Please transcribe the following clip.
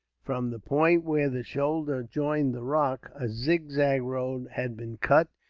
from the point where the shoulder joined the rock, a zigzag road had been cut,